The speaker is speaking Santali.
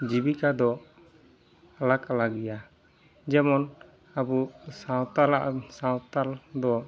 ᱡᱤᱵᱤᱠᱟᱫᱚ ᱟᱞᱟᱠᱼᱟᱞᱟᱠ ᱜᱮᱭᱟ ᱡᱮᱢᱚᱱ ᱟᱵᱚ ᱥᱟᱶᱛᱟᱞᱟᱜ ᱥᱟᱶᱛᱟᱞ ᱫᱚ